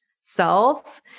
self